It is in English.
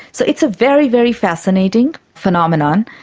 so it's a very, very fascinating phenomenon.